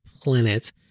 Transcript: planet